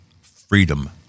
Freedom